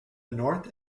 north